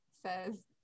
says